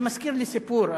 זה מזכיר לי סיפור,